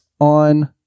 on